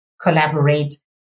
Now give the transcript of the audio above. collaborate